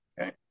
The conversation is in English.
Okay